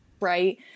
Right